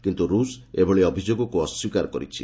କିନ୍ତୁ ରୁଷ ଏଭଳି ଅଭିଯୋଗକକୁ ଅସ୍ୱୀକାର କରିଛି